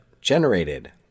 generated